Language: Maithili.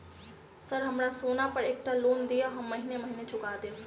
सर हमरा सोना पर एकटा लोन दिऽ हम महीने महीने चुका देब?